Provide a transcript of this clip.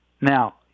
Now